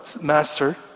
master